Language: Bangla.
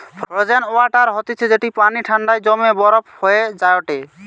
ফ্রোজেন ওয়াটার হতিছে যেটি পানি ঠান্ডায় জমে বরফ হয়ে যায়টে